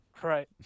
right